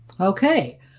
Okay